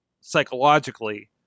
psychologically